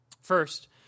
First